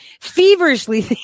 feverishly